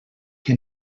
que